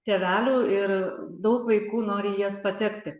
tėvelių ir daug vaikų nori į jas patekti